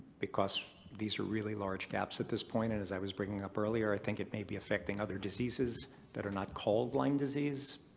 because these are really large gaps at this point and as i was bringing up earlier, i think it may be affecting other diseases that are not called lyme disease,